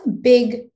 big